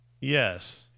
Yes